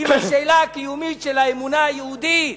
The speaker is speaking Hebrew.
עם השאלה הקיומית של האמונה היהודית?